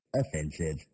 offensive